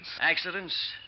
Accidents